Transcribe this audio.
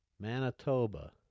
Manitoba